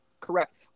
Correct